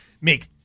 make